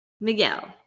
Miguel